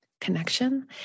connection